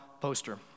poster